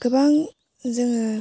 गोबां जोङो